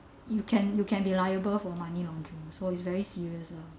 you can you can be liable for money laundering so it's very serious lor